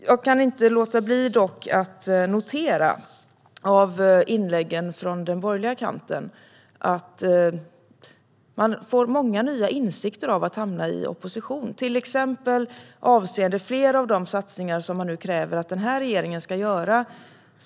Med tanke på inläggen från den borgerliga kanten kan jag dock inte låta bli att notera att man får många nya insikter av att hamna i opposition, till exempel avseende flera av de satsningar som man nu kräver att den här regeringen ska göra.